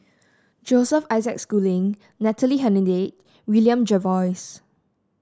Joseph Isaac Schooling Natalie Hennedige William Jervois